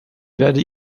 werde